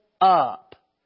up